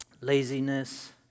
laziness